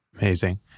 Amazing